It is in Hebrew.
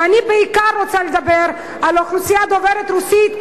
ואני בעיקר רוצה לדבר על האוכלוסייה הדוברת רוסית,